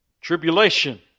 tribulation